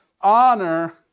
Honor